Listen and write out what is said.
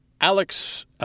Alex